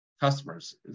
customers